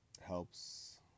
helps